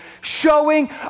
showing